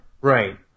Right